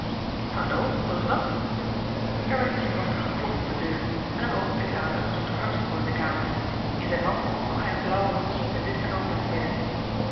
hallo wat is dat er werd zenuwachtig geklopt op de deur en een oogenblik later was dr huxtable in de kamer in zijn hand droeg hij een blauwe muts met een witten knoop in het midden